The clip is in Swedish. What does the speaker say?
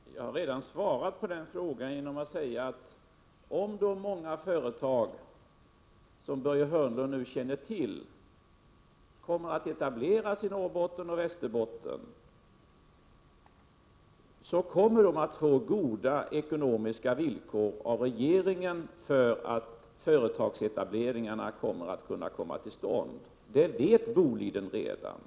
Herr talman! Jag har redan svarat på den frågan genom att säga att om de många företag som enligt Börje Hörnlund nu tänker etablera sig i Norrbotten och Västerbotten gör detta, kommer de att få goda ekonomiska villkor av regeringen för att företagsetableringarna skall kunna komma till stånd. Det vet Boliden redan.